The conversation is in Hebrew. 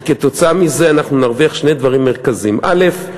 ומזה אנחנו נרוויח שני דברים מרכזיים: א.